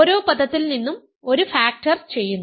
ഓരോ പദത്തിൽ നിന്നും 1 ഫാക്ടർ ചെയ്യുന്നു